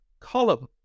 Column